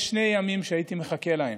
יש שני ימים שהייתי מחכה להם.